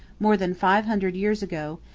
more than five hundred years ago,